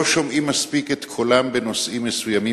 לא שומעים מספיק את קולם בנושאים מסוימים,